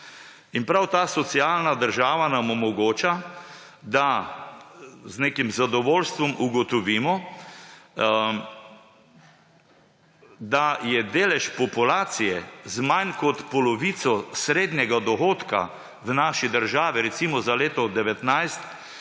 In prav ta socialna država nam omogoča, da z nekim zadovoljstvom ugotovimo, da je delež populacije z manj kot polovico srednjega dohodka v naši državi, recimo za leto 2019,